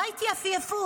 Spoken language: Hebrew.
מה ההתייפייפות?